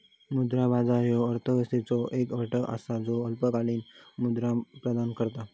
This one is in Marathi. मुद्रा बाजार ह्यो अर्थव्यवस्थेचो एक घटक असा ज्यो अल्पकालीन निधी प्रदान करता